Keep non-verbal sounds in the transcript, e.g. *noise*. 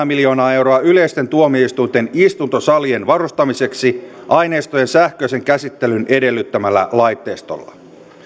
*unintelligible* miljoonaa euroa yleisten tuomioistuinten istuntosalien varustamiseksi aineistojen sähköisen käsittelyn edellyttämällä laitteistolla